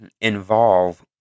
involve